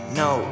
no